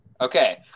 Okay